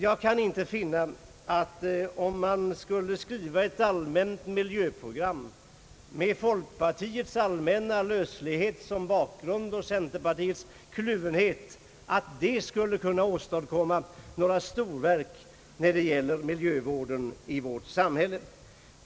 Jag kan inte finna att ett all Ang. förslag till miljöskyddslag m.m. mänt miljöprogram med folkpartiets allmänna löslighet och centerpartiets kluvenhet som bakgrund skulle kunna åstadkomma några storverk för miljövården i vårt samhälle.